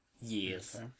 Yes